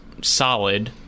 solid